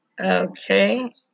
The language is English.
Okay